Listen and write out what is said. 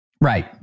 right